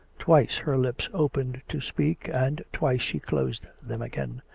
twice her lips opened to speak, and twice she closed them again.